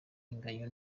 inganya